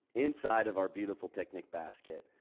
inside of our beautiful picnic basket,